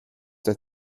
der